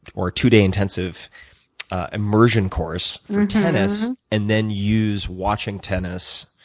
or two-day intensive immersion course for tennis and then use watching tennis